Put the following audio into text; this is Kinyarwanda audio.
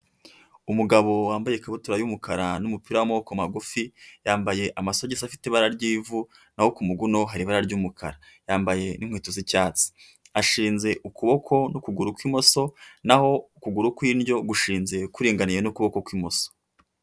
Umugabo wambaye ikabutura y'umukara n'umupira w'amaboko magufi, yambaye amasogisi afite ibara ry'ivu n'aho ku muguno hari ibara ry'umukara yambaye n'inkweto z'icyatsi, ashinze ukuboko n'ukuguru kw'imoso n'aho ukuguru kw'indyo gushinze kuringaniye n'ukuboko kw'imoso.